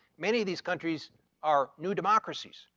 many of these countries are new democracies,